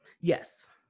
Yes